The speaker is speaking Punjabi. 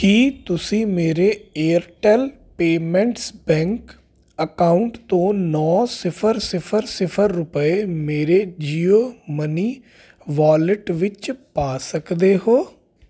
ਕੀ ਤੁਸੀਂ ਮੇਰੇ ਏਅਰਟੈੱਲ ਪੇਮੈਂਟਸ ਬੈਂਕ ਅਕਾਊਂਟ ਤੋਂ ਨੌਂ ਸਿਫਰ ਸਿਫਰ ਸਿਫਰ ਰੁਪਏ ਮੇਰੇ ਜੀਓ ਮਨੀ ਵਾਲਿਟ ਵਿੱਚ ਪਾ ਸਕਦੇ ਹੋ